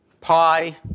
pi